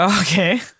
Okay